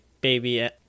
baby